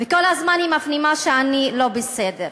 וכל הזמן היא מפנימה ש"אני לא בסדר".